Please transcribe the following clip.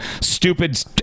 stupid